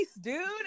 dude